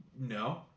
no